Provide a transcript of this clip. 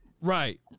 right